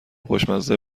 خوشمزه